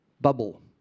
bubble